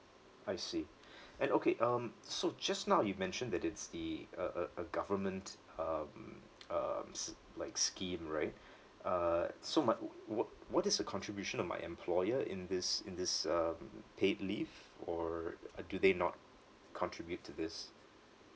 I see and okay um so just now you mentioned that it's the a a a government um um s~ like scheme right uh so my wh~ wh~ what is a contribution to my employer in this in this um paid leave or uh do they not contribute to this